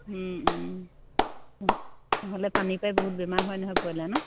নহ'লে পানীৰপৰাই বহুত বেমাৰ হয় নহয় ব্ৰইলাৰ ন